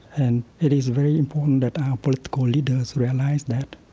and it is very important that our political leaders realize that